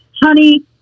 Honey